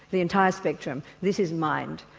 the entire spectrum this is mind.